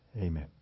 Amen